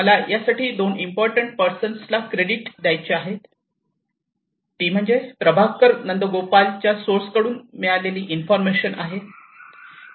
मला या साठी दोन इम्पॉर्टंट पर्सन ला क्रेडिट द्यायचे आहे ही प्रभाकर नंदगोपालच्या सोर्स कडून मिळालेली इन्फॉर्मेशन आहे